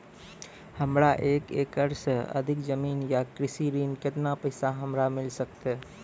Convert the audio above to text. हमरा एक एकरऽ सऽ अधिक जमीन या कृषि ऋण केतना पैसा हमरा मिल सकत?